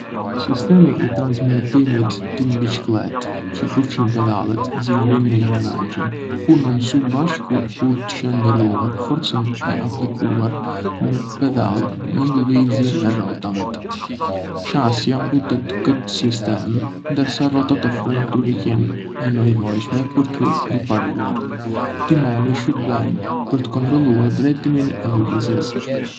Sistemi i transmetimit të një biçiklete, që përfshin pedalet, zinxhirin dhe ingranazhin, punon së bashku për të shndërruar forcën e aplikuar në pedale në lëvizjen e rrotave. Shasia mbështet këtë sistem, ndërsa rrotat ofrojnë tërheqjen e nevojshme për të përparuar. Timoni shërben për të kontrolluar drejtimin e lëvizjes.